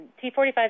T-45